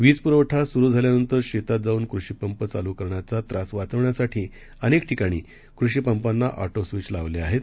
वीजपुरवठासुरूझाल्यानंतरशेतातजाऊनकृषिपंपचालूकरण्याचात्रासवाचवण्यासाठी अनेकठिकाणीकृषिपंपांनाऑटोस्विचलावलेआहेत